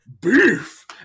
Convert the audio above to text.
beef